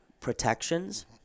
protections